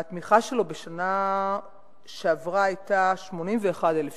התמיכה בו בשנה שעברה היתה 81,000 שקלים,